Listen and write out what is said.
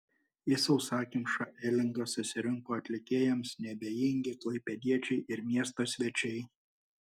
į sausakimšą elingą susirinko atlikėjams neabejingi klaipėdiečiai ir miesto svečiai